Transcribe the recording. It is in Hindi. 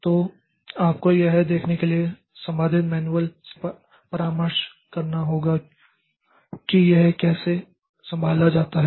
तो आपको यह देखने के लिए संबंधित मैनुअल से परामर्श करना होगा कि यह कैसे संभाला जाता है